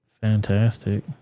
Fantastic